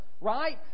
right